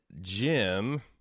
jim